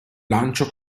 lancio